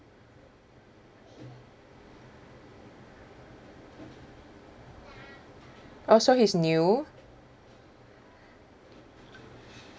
oh so he's new